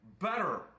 better